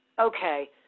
Okay